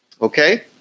Okay